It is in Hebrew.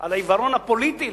על העיוורון הפוליטי,